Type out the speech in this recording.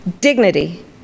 dignity